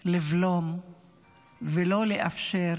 לבלום ולא לאפשר